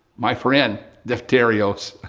my friend, defterios,